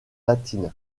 latine